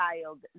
child